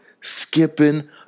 skipping